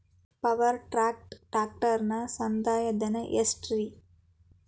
Power track ಟ್ರ್ಯಾಕ್ಟರನ ಸಂದಾಯ ಧನ ಎಷ್ಟ್ ರಿ?